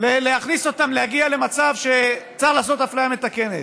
להכניס אותם, להגיע למצב, צריך לעשות אפליה מתקנת.